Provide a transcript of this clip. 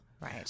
Right